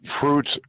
fruits